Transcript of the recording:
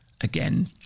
again